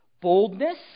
boldness